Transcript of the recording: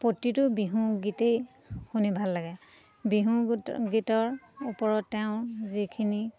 প্ৰতিটো বিহু গীতেই শুনি ভাল লাগে বিহু গ গীতৰ ওপৰত তেওঁ যিখিনি